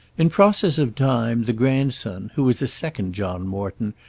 in process of time the grandson, who was a second john morton,